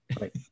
right